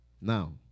Now